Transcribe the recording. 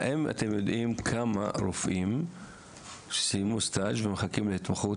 האם אתם יודעים כמה רופאים סיימו סטאז' ומחכים להתמחות?